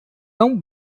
tão